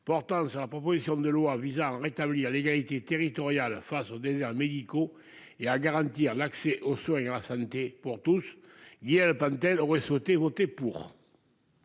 portant sur la proposition de loi visant à rétablir l'équité territoriale face aux déserts médicaux et à garantir l'accès à la santé pour tous, Mme Guylène Pantel souhaitait voter pour.